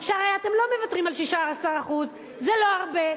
שהרי אתם לא מוותרים על 16%. זה לא הרבה,